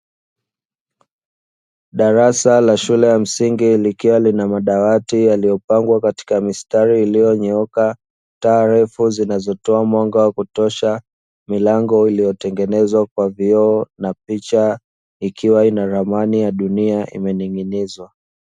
Darasa la shule ya msingi likiwa linamadawati yaliyopangwa katika mistari iliyonyooka taa refu zinazotoa mwanga wakutosha milango iliyotengenezwa kwa vioo na picha ikiwa inaramani ya dunia imening’inizwa.